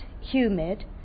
humid